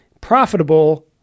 profitable